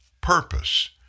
purpose